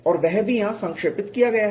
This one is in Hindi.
और वह भी यहाँ संक्षेपित किया गया है